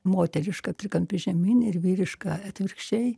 moterišką trikampis žemyn ir vyrišką atvirkščiai